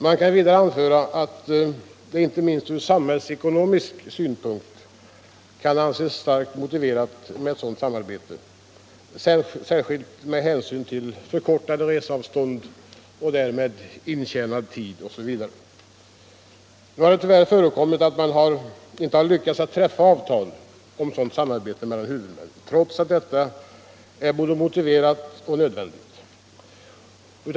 Man kan vidare anföra att det inte minst samhällsekonomiskt kan anses starkt motiverat med ett sådant samarbete, särskilt med hänsyn till förkortade reseavstånd och därmed intjänad tid, osv. Tyvärr har det ibland förekommit att man inte har lyckats träffa avtal om sådant samarbete mellan huvudmännen trots att detta är både motiverat och nödvändigt.